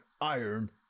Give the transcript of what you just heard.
Iron